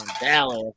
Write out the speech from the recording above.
Dallas